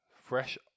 fresh